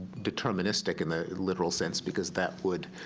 deterministic in the literal sense because that would